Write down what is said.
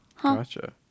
gotcha